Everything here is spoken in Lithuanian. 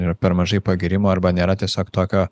ir per mažai pagyrimo arba nėra tiesiog tokio